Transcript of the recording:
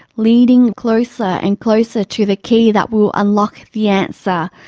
leading closer and closer to the key that will unlock the answer.